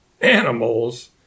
Animals